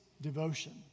devotion